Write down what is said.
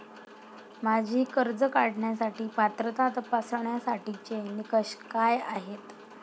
माझी कर्ज काढण्यासाठी पात्रता तपासण्यासाठीचे निकष काय आहेत?